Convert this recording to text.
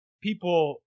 people